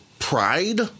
Pride